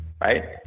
right